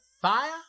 fire